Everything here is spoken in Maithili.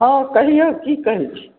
हँ कहियौ की कहै छी